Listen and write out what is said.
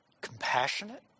compassionate